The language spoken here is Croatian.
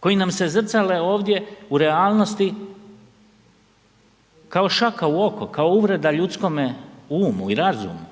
koji nam se zrcale ovdje u realnosti kao šaka u oko, kao uvreda ljudskome umu i razumu.